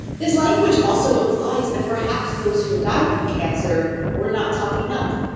this language also implies that perhaps those who die from cancer were not tough enough,